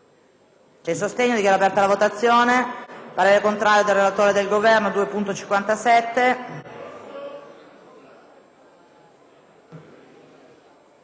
Dichiaro aperta la votazione.